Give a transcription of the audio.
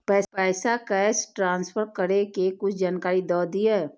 पैसा cash transfer करऐ कि कुछ जानकारी द दिअ